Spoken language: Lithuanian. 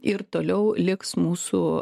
ir toliau liks mūsų